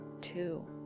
two